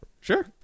Sure